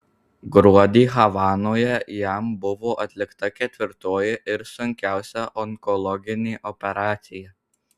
gruodį havanoje jam buvo atlikta ketvirtoji ir sunkiausia onkologinė operacija